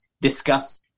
discuss